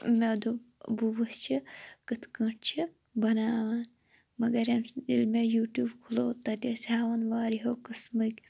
مےٚ دوٚپ بہٕ وُچھ کِتھ کٲٹھۍ چھِ بَناوان مَگَر ییٚلہِ مےٚ یوٹِیوب کُھلو تَتہِ ٲسۍ ہاوان وارِیاہو قٕسمٕکۍ